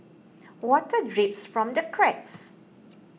water drips from the cracks